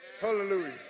Hallelujah